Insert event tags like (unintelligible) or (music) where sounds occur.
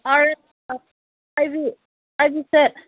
(unintelligible) IV ꯑꯥꯏꯕ set